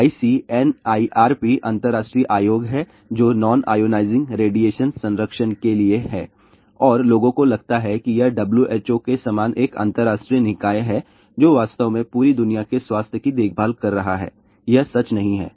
ICNIRP अंतर्राष्ट्रीय आयोग है जो नॉन आयोनाइजिंग रेडिएशन संरक्षण के लिए है और लोगों को लगता है कि यह WHO के समान एक अंतरराष्ट्रीय निकाय है जो वास्तव में पूरी दुनिया के स्वास्थ्य की देखभाल कर रहा है यह सच नहीं है